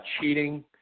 cheating